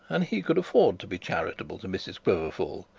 and he could afford to be charitable to mrs quiverful.